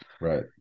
Right